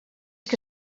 que